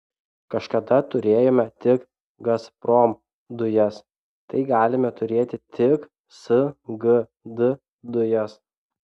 kažkada turėjome tik gazprom dujas tai galime turėti tik sgd dujas